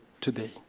today